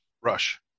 Rush